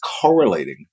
correlating